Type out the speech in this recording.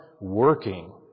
working